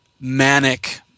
manic